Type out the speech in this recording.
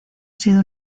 sido